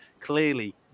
clearly